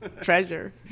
treasure